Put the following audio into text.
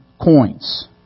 coins